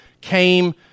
came